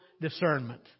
discernment